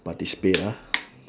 participate lah